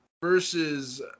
versus